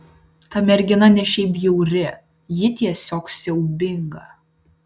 ta mergina ne šiaip bjauri ji tiesiog siaubinga